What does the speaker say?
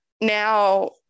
now